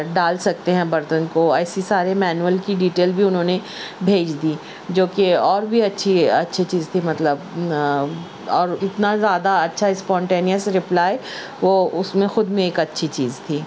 ڈال سکتے ہیں برتن کو ایسی ساری مینول کی ڈیٹیل بھی انہوں نے بھیج دی جو کہ اور بھی اچھی اچھی چیز تھی مطلب اور اتنا زیادہ اچھا اسپونٹینیس رپلائی وہ اس میں خود میں ایک اچھی چیز تھی